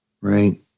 Right